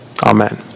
Amen